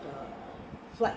the flight